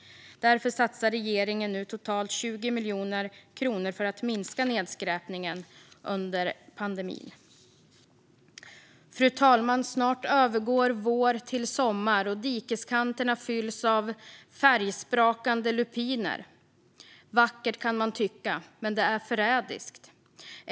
Därför satsar regeringen satsar nu totalt 20 miljoner kronor för att minska nedskräpningen under pandemin. Fru talman! Snart övergår vår till sommar och dikeskanterna fylls av färgsprakande lupiner. Det är vackert kan man tycka, men det är förrädiskt.